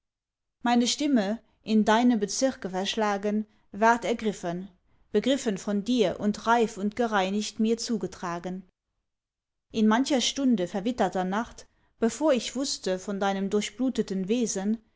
meine stimme in deine bezirke verschlagen ward ergriffen begriffen von dir und reif und gereinigt mir zugetragen in mancher stunde verwitterter nacht bevor ich wußte von deinem durchbluteten wesen